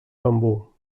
bambú